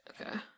Okay